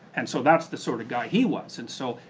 and so, that's the sort of guy he was, and so,